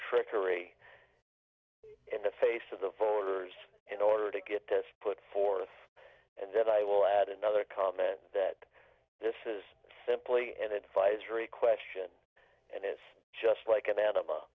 trickery in the face of the folders in order to get this put forth and that i will add another comment that this is simply an advisory question and is just like available